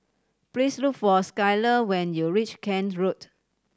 please look for Skyler when you reach Kent Road